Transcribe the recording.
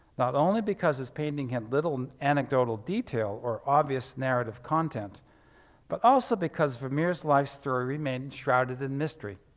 not only because his painting had little anecdotal detail or obvious narrative content but also because vermeer's life story remained shrouded in mystery.